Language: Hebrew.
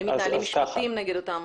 האם מתנהלים משפטים נגד אותם